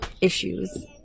issues